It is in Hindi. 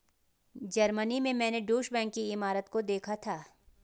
जर्मनी में मैंने ड्यूश बैंक की इमारत को देखा था